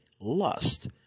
lust